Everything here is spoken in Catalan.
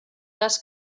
cas